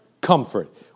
comfort